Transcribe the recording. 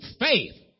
faith